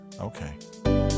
okay